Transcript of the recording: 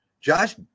Josh